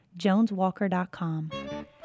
JonesWalker.com